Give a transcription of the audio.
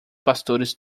pastores